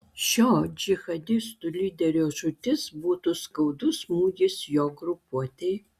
šio džihadistų lyderio žūtis būtų skaudus smūgis jo grupuotei